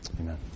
Amen